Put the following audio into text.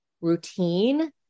routine